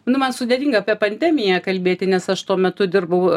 nu man sudėtinga apie pandemiją kalbėti nes aš tuo metu dirbau